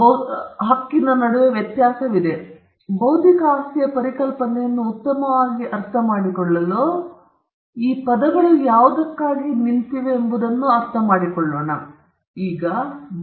ಈಗ ನಾವು ಬೌದ್ಧಿಕ ಆಸ್ತಿಯ ಪರಿಕಲ್ಪನೆಯನ್ನು ಉತ್ತಮವಾಗಿ ಅರ್ಥಮಾಡಿಕೊಳ್ಳಲು ಈ ಪದಗಳು ಯಾವುದಕ್ಕಾಗಿ ನಿಂತಿವೆ ಎಂಬುದನ್ನು ನಾವು ಅರ್ಥಮಾಡಿಕೊಳ್ಳಬೇಕು